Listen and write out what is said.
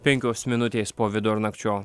penkios minutės po vidurnakčio